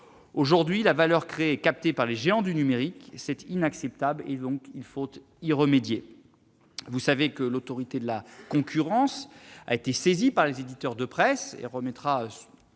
Aujourd'hui, la valeur créée est captée par les géants du numérique : c'est inacceptable, et il faut remédier à ce problème. Vous savez que l'Autorité de la concurrence a été saisie par les éditeurs de presse et qu'elle